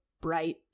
bright